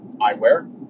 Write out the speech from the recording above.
eyewear